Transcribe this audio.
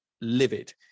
livid